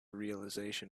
realization